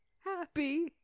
happy